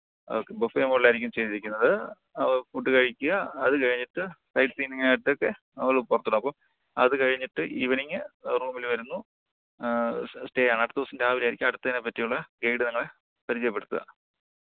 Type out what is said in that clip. okay buffet മോഡലായിരിക്കും ചെയ്തിരിക്കുന്നത് അപ്പം ഫുഡ് കഴിയ്ക്കുക അതു കഴിഞ്ഞിട്ട് സൈറ്റ് സീയിങ്ങായിട്ടൊക്കെ നമ്മൾ പുറത്തിടും അപ്പം അതു കഴിഞ്ഞിട്ട് ഈവനിങ്ങ് റൂമിൽ വരുന്നു സ് സ്റ്റേ ആണ് അടുത്ത ദിവസം രാവിലെ ആയിരിക്കും അടുത്തതിനേപ്പറ്റിയുള്ള ഗൈഡ് നിങ്ങളെ പരിചയപ്പെടുത്തുക